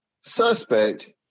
suspect